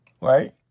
right